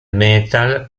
metal